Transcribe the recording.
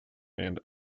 and